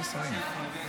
איפה השרים?